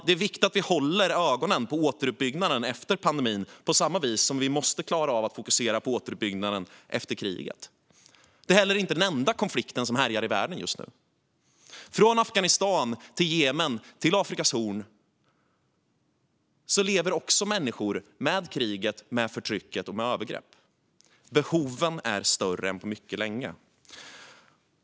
Det är viktigt att vi håller ögonen på återuppbyggnaden efter pandemin på samma vis som vi måste fokusera på återuppbyggnaden efter kriget. Det är heller inte den enda konflikt som härjar i världen just nu. Från Afghanistan till Jemen och Afrikas horn lever människor med krig, med förtryck och med övergrepp. Behoven är större än på mycket länge.